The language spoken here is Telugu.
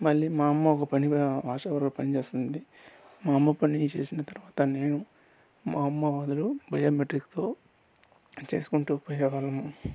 మళ్ళీ మా అమ్మ ఒక పని ఆశ వర్కర్గా పని చేస్తుంది మా అమ్మ పని చేసిన తర్వాత నేను మా అమ్మ వాళ్ళు బయోమెట్రిక్స్తో చేసుకుంటూ పోయేవాళ్ళము